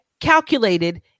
calculated